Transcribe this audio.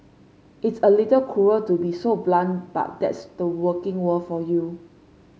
it's a little cruel to be so blunt but that's the working world for you